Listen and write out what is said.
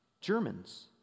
Germans